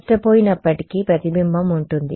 నష్టపోయినప్పటికీ ప్రతిబింబం ఉంటుంది